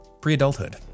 pre-adulthood